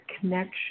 connection